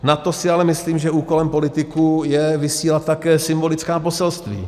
Nad to si ale myslím, že úkolem politiků je vysílat také symbolická poselství.